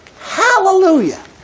Hallelujah